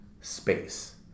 space